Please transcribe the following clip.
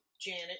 Janet